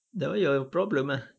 that one your problem ah